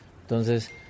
Entonces